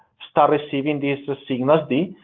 start receiving this signal d,